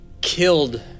killed